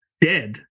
dead